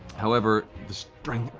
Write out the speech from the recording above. however, the strength